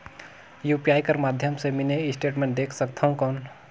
UPI कर माध्यम से मिनी स्टेटमेंट देख सकथव कौन?